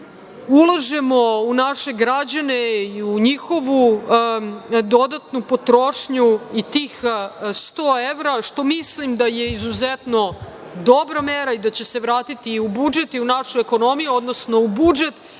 Ulažemo u naše građane i u njihovu dodatnu potrošnju i tih 100 evra, što mislim da je izuzetno dobra i da će se vratiti u budžet i našu ekonomiju, odnosno u budžet